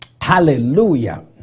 Hallelujah